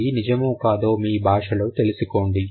ఇది నిజమో కాదో మీ భాషలో తెలుసుకోండి